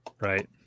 Right